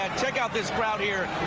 ah check out this crowd here.